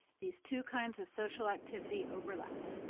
these two kinds of social activity overlap.